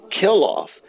kill-off